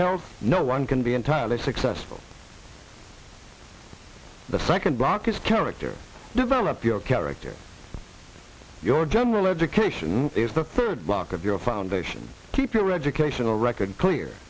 help no one can be entirely successful the second block is character develop your character your general education is the third block of your foundation keep your educational record clear